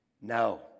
no